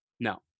No